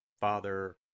Father